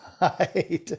Right